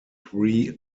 three